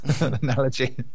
analogy